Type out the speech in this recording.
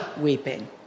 weeping